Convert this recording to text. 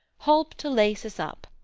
holp to lace us up,